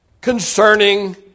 concerning